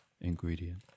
ingredient